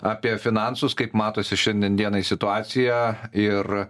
apie finansus kaip matosi šiandien dienai situacija ir